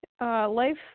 Life